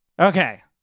Okay